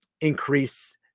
increase